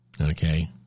Okay